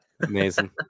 amazing